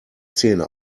zähne